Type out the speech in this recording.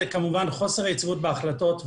חוסר יציבות בהחלטות,